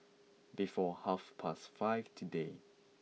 before half past five today